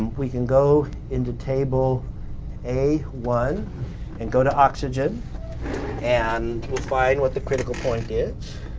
we can go into table a one and go to oxygen and we'll find what the critical point is.